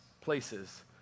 places